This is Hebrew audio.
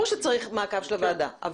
ברור שבמעקב של הוועדה,